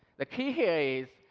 the key here is,